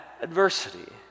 adversity